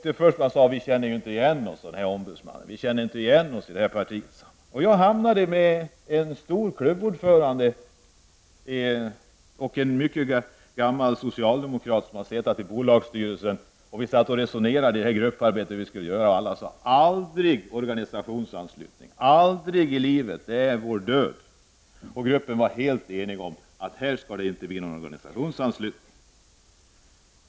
Det första vi sade i den grupp jag hörde till var att vi inte kände igen oss i det ombudsmannen hade sagt. I gruppen ingick en ''stor'' klubbordförande och en mycket gammal socialdemokrat som hade ingått i bolagsstyrelsen. Vi resonerade hur vi skulle göra och kom fram till att vi aldrig skulle gå med på organisationsanslutning. Det skulle bli vår död, sade vi. På den punkten var gruppen helt enig.